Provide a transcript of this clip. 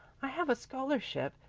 i have a scholarship,